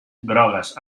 grogues